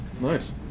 Nice